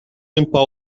limpar